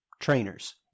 trainers